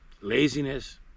laziness